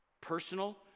personal